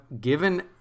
given